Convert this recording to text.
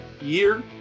year